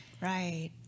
right